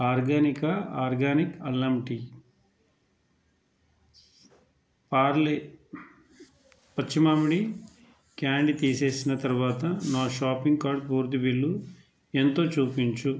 Organica organic అల్లం tea Parle పచ్చి మామిడి క్యాండీ తీసేసిన తరువాత నా షాపింగ్ కార్టు పూర్తి బిల్లు ఎంతో చూపించు